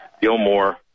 Gilmore